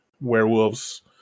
werewolves